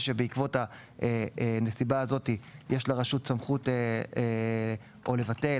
בעקבותיהם יש לרשות סמכות לבטל,